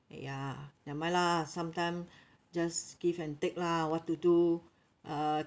ya never mind lah sometime just give and take lah what to do uh